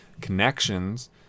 connections